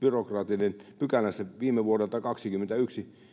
byrokraattinen pykälänsä. Viime vuodelta, 2021,